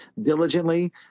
diligently